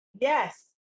yes